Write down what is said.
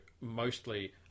mostly